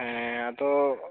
ᱦᱮᱸ ᱟᱫᱚ